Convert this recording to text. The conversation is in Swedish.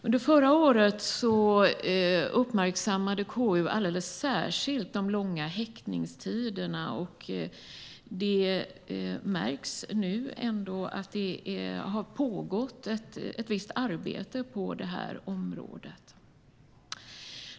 Under förra året uppmärksammade KU alldeles särskilt det långa häktningstiderna, och det märks nu att det har pågått ett visst arbete på detta område.